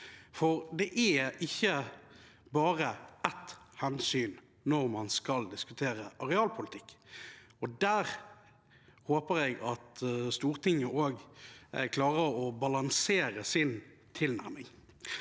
For det er ikke bare ett hensyn når man skal diskutere arealpolitikk. Der håper jeg at Stortinget klarer å balansere sin tilnærming.